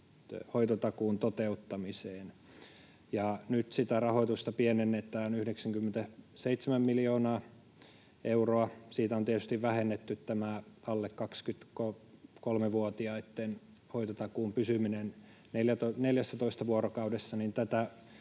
hoitotakuun toteuttamiseen. Nyt sitä rahoitusta pienennetään 97 miljoonaa euroa. Siitä on tietysti vähennetty tämä alle 23-vuotiaitten hoitotakuun pysyminen 14 vuorokaudessa,